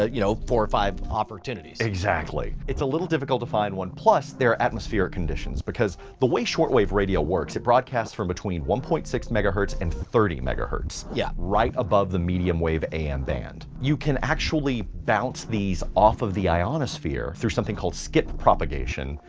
ah you know, four or five opportunities. exactly. it's a little difficult to find one, plus there are atmospheric conditions, because the way shortwave radio works, it broadcasts from between one point six megahertz and thirty megahertz. yeah. right above the medium wave am band. you can actually bounce these off of the ionosphere through something called skip propagation.